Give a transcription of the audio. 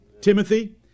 Timothy